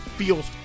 Feels